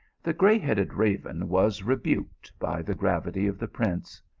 the gray-headed raven was rebuked by the grav ity of the prince.